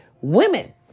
women